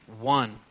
one